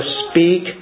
speak